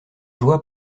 joie